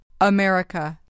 America